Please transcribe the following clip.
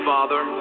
Father